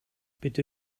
bitte